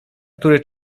który